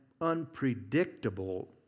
unpredictable